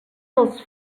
dels